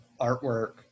artwork